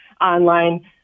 online